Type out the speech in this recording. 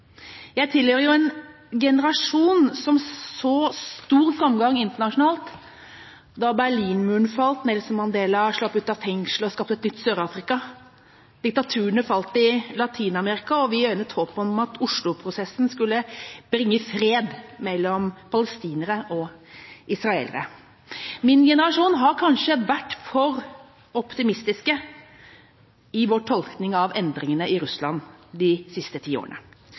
Jeg tilhører en generasjon som så stor framgang internasjonalt da Berlinmuren falt, Nelson Mandela slapp ut av fengsel og skapte et nytt Sør-Afrika, diktaturene falt i Latin-Amerika og vi øynet håp om at Oslo-prosessen skulle bringe fred mellom palestinere og israelere. Vi i min generasjon har kanskje vært for optimistiske i vår tolkning av endringene i Russland de siste ti årene.